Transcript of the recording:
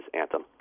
anthem